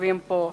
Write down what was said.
שיושבים פה,